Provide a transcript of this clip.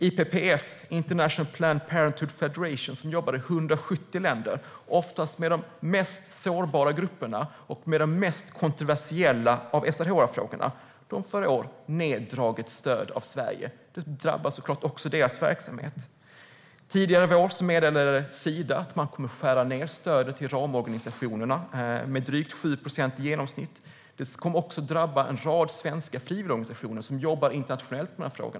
IPPF, International Planned Parenthood Federation, som jobbar i 170 länder och oftast med de mest sårbara grupperna och med de mest kontroversiella SRHR-frågorna får i år en neddragning av sitt stöd från Sverige. Det drabbar såklart deras verksamhet. Tidigare i vår meddelade Sida att man kommer att skära ned stödet till ramorganisationerna med i genomsnitt drygt 7 procent. Det kommer också att drabba en rad svenska frivilligorganisationer som jobbar internationellt med dessa frågor.